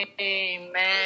Amen